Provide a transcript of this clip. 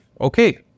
okay